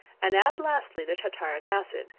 and add lastly, the tartaric acid,